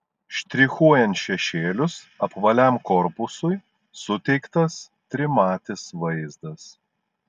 štrichuojant šešėlius apvaliam korpusui suteiktas trimatis vaizdas